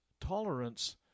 tolerance